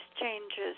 changes